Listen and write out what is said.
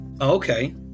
Okay